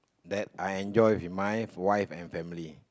that I enjoy with my wife and family